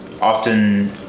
often